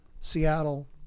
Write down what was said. Seattle